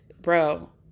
bro